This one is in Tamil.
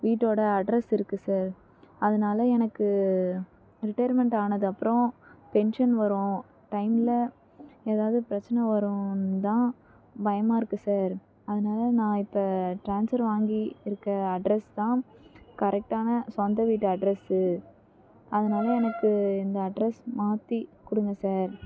வீட்டோட அட்ரஸ் இருக்கு சார் அதனால் எனக்கு ரிட்டயர்மென்ட் ஆனதப்பறோம் பென்ஷன் வரும் டைம்மில எதாவது பிரச்சனை வருன்னு தான் பயமாக இருக்கு சார் அதனால் நான் இப்போ டிரான்ஸ்வர் வாங்கி இருக்க அட்ரஸ் தான் கரெக்டான சொந்த வீட்டு அட்ரஸு அதனால் எனக்கு இந்த அட்ரஸ் மாற்றிக் கொடுங்க சார்